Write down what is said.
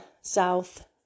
south